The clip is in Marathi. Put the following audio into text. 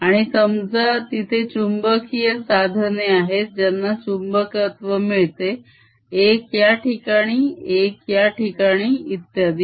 आणि समजा तिथे चुंबकीय साधने आहेत ज्यांना चुंबकत्व मिळते एक या ठिकाणी एक याठिकाणी इत्यादी